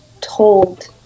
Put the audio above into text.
told